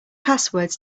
passwords